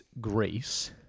Greece